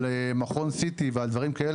על מכון CT ודברים כאלה,